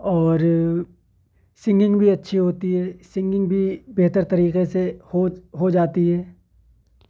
اور سنگنگ بھی اچھی ہوتی ہے سنگنگ بھی بہتر طریقے سے ہو ہو جاتی ہے